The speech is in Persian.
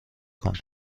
کنیم